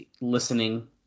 listening